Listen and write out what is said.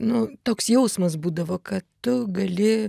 nu toks jausmas būdavo kad tu gali